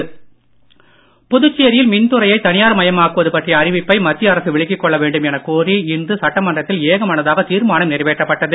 புதுச்சேரி தீர்மானம் புதுச்சேரியில் மின்துறையை தனியார் மயமாக்குவது பற்றிய அறிவிப்பை மத்திய அரசு விலக்கிக் கொள்ள வேண்டும் எனக் கோரி இன்று சட்டமன்றத்தில் ஏக மனதாக தீர்மானம் நிறைவேற்றப்பட்டது